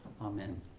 Amen